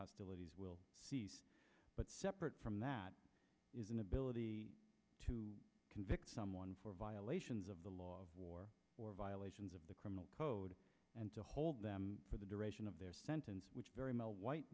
hostilities will cease but separate from that is an ability to convict someone for violations of the law of war for violations of the criminal code and to hold them for the duration of their sentence which is very male white